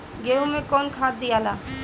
गेहूं मे कौन खाद दियाला?